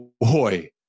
boy